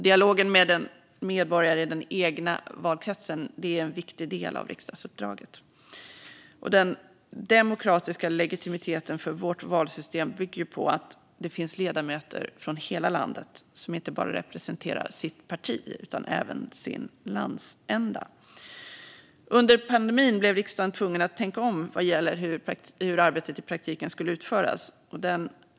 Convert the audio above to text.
Dialogen med medborgare i den egna valkretsen är en viktig del av riksdagsuppdraget, och den demokratiska legitimiteten för vårt valsystem bygger på att det finns ledamöter från hela landet och att de inte bara representerar sitt parti utan även sin landsända. Under pandemin blev riksdagen tvungen att tänka om vad gäller hur arbetet i praktiken skulle utföras.